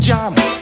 Johnny